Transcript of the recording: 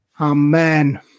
Amen